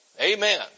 Amen